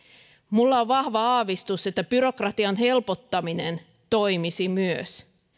minulla on vahva aavistus että myös byrokratian helpottaminen toimisi